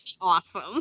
awesome